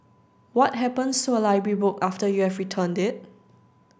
what happens to a library book after you have returned it